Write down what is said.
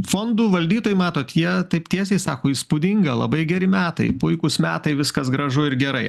fondų valdytojai matot jie taip tiesiai sako įspūdinga labai geri metai puikūs metai viskas gražu ir gerai